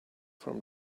from